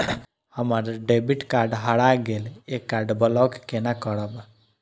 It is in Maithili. हमर डेबिट कार्ड हरा गेल ये कार्ड ब्लॉक केना करब?